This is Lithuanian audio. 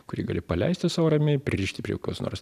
kuri gali paleisti sau ramiai pririšti prie kokios nors